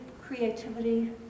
creativity